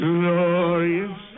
Glorious